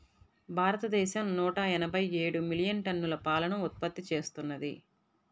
భారతదేశం నూట ఎనభై ఏడు మిలియన్ టన్నుల పాలను ఉత్పత్తి చేస్తున్నది